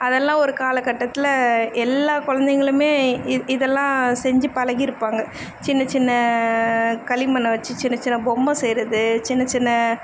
அதெல்லாம் ஒரு காலக்கட்டத்தில் எல்லா கொழந்தைங்களுமே இது இதெல்லாம் செஞ்சு பழகிருப்பாங்க சின்ன சின்ன களிமண்ணை வைச்சு சின்ன சின்ன பொம்மை செய்கிறது சின்ன சின்ன